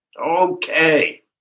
Okay